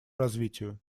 развитию